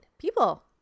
people